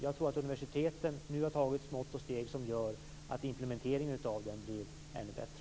Jag tror att universiteten nu har tagit mått och steg som gör att implementeringen av den blir ännu bättre.